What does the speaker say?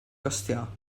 costio